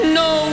no